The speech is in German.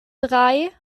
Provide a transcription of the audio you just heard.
drei